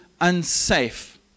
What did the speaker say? unsafe